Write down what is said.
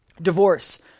divorce